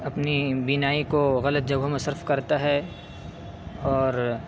اپنی بینائی کو غلط جگہوں میں صرف کرتا ہے اور